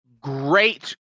great